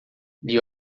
gli